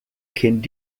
kind